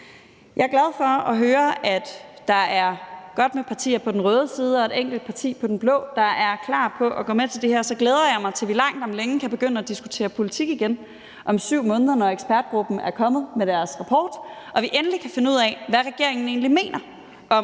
Jeg er glad for at høre, at der er godt med partier på den røde side og et enkelt parti på den blå, der er klar på at gå med på det her. Og så glæder jeg mig til, at vi langt om længe kan begynde at diskutere politik igen om 7 måneder, når ekspertgruppen er kommet med deres rapport og vi endelig kan finde ud af, hvordan regeringen egentlig mener at